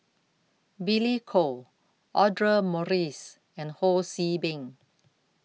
Billy Koh Audra Morrice and Ho See Beng